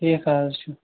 ٹھیٖک حظ چھُ